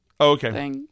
Okay